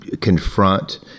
confront